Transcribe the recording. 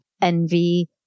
envy